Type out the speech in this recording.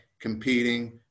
competing